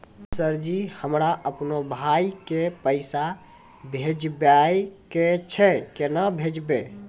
Sir ji हमरा अपनो भाई के पैसा भेजबे के छै, केना भेजबे?